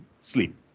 sleep